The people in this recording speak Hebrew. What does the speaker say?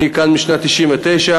אני כאן משנת 1999,